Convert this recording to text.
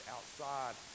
Outside